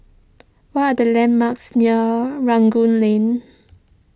what are the landmarks near Rangoon Lane